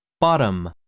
bottom